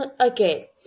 okay